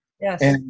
yes